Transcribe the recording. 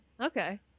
okay